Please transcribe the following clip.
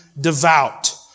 devout